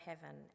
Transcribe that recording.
heaven